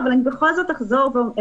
צריך להוסיף משהו, אבל ננסח אותו בלי